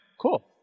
cool